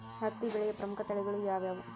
ಹತ್ತಿ ಬೆಳೆಯ ಪ್ರಮುಖ ತಳಿಗಳು ಯಾವ್ಯಾವು?